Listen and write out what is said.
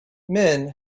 men